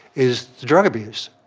is the drug abuse.